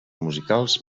musicals